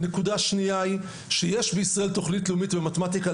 נקודה שנייה היא שיש בישראל תכנית לאומית במתמטיקה,